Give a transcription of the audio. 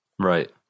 Right